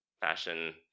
fashion